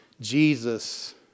Jesus